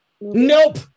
Nope